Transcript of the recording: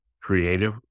creative